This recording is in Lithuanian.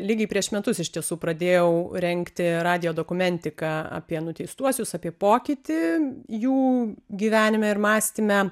lygiai prieš metus iš tiesų pradėjau rengti radijo dokumentiką apie nuteistuosius apie pokytį jų gyvenime ir mąstyme